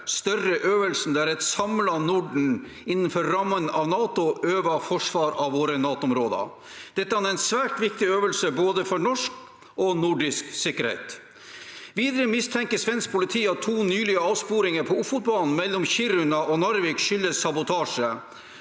større øvelsen der et samlet Norden innenfor rammen av NATO øver forsvar av våre NATO-områder. Dette er en svært viktig øvelse for både norsk og nordisk sikkerhet. Videre mistenker svensk politi at to nylige avsporinger på Ofotbanen mellom Kiruna og Narvik skyldes sabotasje.